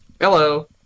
hello